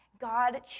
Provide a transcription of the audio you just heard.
God